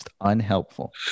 unhelpful